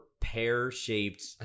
pear-shaped